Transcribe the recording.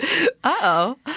Uh-oh